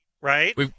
right